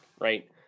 right